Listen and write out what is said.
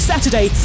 Saturday